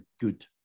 good